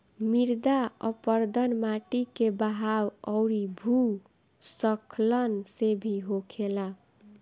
मृदा अपरदन माटी के बहाव अउरी भू स्खलन से भी होखेला